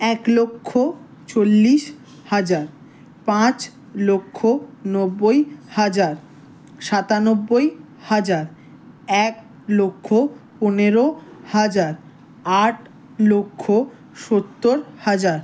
এক লক্ষ চল্লিশ হাজার পাঁচ লক্ষ নব্বই হাজার সাতানব্বই হাজার এক লক্ষ পনেরো হাজার আট লক্ষ সত্তর হাজার